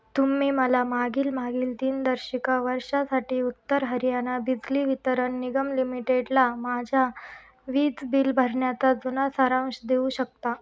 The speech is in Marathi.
तुम्ही मला मागील मागील दिनदर्शिका वर्षासाठी उत्तर हरियाणा बिजली वितरण निगम लिमिटेडला माझ्या वीज बिल भरण्याचा जुना सारांश देऊ शकता